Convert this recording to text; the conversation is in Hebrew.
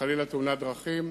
חלילה, תאונת דרכים.